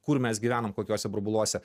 kur mes gyvenam kokiose burbuluose